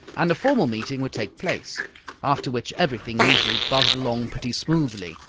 and a formal meeting would take place after which everything usually buzzed along pretty smoothly.